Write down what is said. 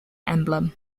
emblem